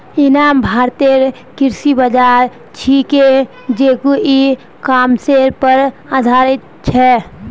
इ नाम भारतेर कृषि बाज़ार छिके जेको इ कॉमर्सेर पर आधारित छ